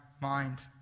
mind